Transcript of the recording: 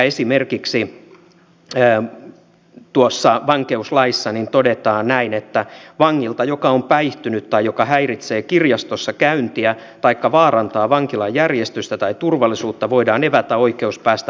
esimerkiksi tuossa vankeuslaissa todetaan näin että vangilta joka on päihtynyt tai joka häiritsee kirjastossa käyntiä taikka vaarantaa vankilan järjestystä tai turvallisuutta voidaan evätä oikeus päästä vankilan kirjastoon